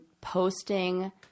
posting